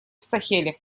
сахеле